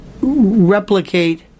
replicate